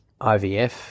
IVF